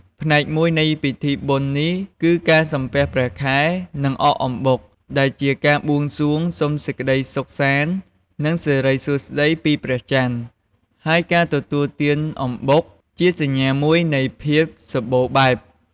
ផ្នែកមួយនៃពិធីបុណ្យនេះគឺការសំពះព្រះខែ និងអកអំបុក ដែលជាការបួងសួងសុំសេចក្ដីសុខសាន្ត និងសិរីសួស្ដីពីព្រះច័ន្ទ ហើយការទទួលទានអំបុកជាសញ្ញាមួយនៃភាពសម្បូរបែប។